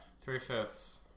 Three-fifths